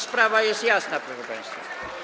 Sprawa jest jasna, proszę państwa.